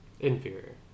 Inferior